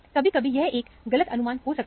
कभी कभी यह एक गलत अनुमान हो सकता है